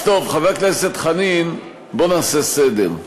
אז טוב, חבר הכנסת חנין, בוא נעשה סדר.